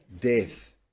death